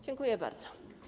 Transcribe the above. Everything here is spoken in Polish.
Dziękuję bardzo.